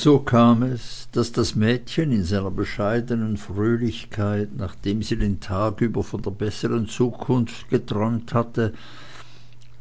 so kam es daß das mädchen in seiner bescheidenen fröhlichkeit nachdem sie den tag über von der besseren zukunft geträumt hatte